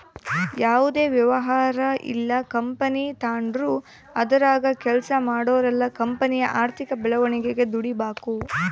ಯಾವುದೇ ವ್ಯವಹಾರ ಇಲ್ಲ ಕಂಪನಿ ತಾಂಡ್ರು ಅದರಾಗ ಕೆಲ್ಸ ಮಾಡೋರೆಲ್ಲ ಕಂಪನಿಯ ಆರ್ಥಿಕ ಬೆಳವಣಿಗೆಗೆ ದುಡಿಬಕು